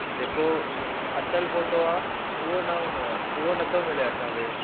जेको असल फोटो आहे उहो न हूंदो आहे उहो नथो मिले असांखे